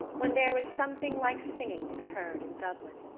when there was something like singing to be heard in dublin.